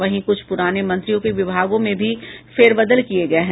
वहीं कुछ पुराने मंत्रियों के विभागों में भी फेर बदल किये हैं